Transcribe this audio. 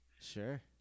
Sure